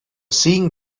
seeing